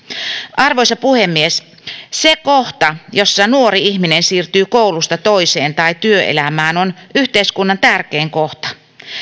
arvoisa puhemies se kohta jossa nuori ihminen siirtyy koulusta toiseen tai työelämään on yhteiskunnan tärkein kohta